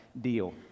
deal